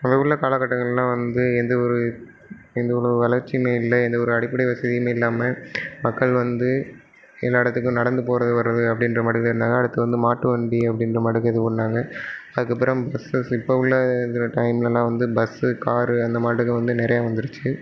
மொதல் உள்ள கால கட்டங்களில் வந்து எந்த ஒரு எந்த ஒரு வளர்ச்சியுமே இல்லை எந்த ஒரு அடிப்படை வசதியுமே இல்லாமல் மக்கள் வந்து எல்லா இடத்துக்கும் நடந்து போவது வர்றது அப்படின்ற மாதிரி தான் இருந்தாங்க அடுத்து வந்து மாட்டுவண்டி அப்படின்றமாட்டுக்கு ஏதோ பண்ணிணாங்க அதுக்கப்புறம் பஸ் வசதி இப்போது உள்ள இருக்கிற டைம்லெலாம் வந்து பஸ்ஸு காரு அந்தமாட்டுக்கு வந்து நிறையா வந்துடுச்சு